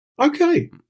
Okay